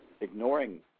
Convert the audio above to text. ignoring